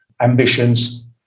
ambitions